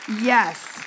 yes